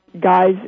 guys